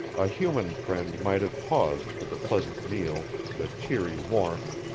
a human friend might have paused for the pleasant meal, the cheery warmth,